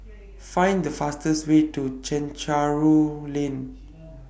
Find The fastest Way to Chencharu Lane